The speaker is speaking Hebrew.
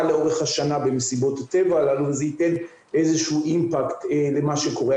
לאורך השנה במסיבות הטבע הללו וזה ייתן איזשהו אימפקט למה שקורה.